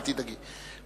אל תדאגי,